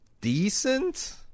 decent